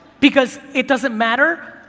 because it doesn't matter,